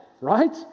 right